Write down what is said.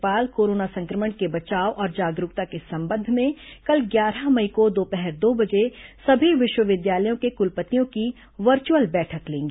राज्यपाल कोरोना संक्रमण के बचाव और जागरूकता के संबंध में कल ग्यारह मई को दोपहर दो बजे सभी विश्वविद्यालयों के कुलपतियों की वर्चुअल बैठक लेंगी